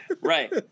Right